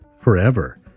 forever